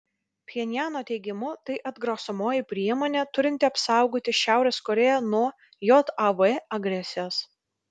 pchenjano teigimu tai atgrasomoji priemonė turinti apsaugoti šiaurės korėją nuo jav agresijos